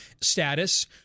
status